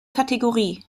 kategorie